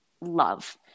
love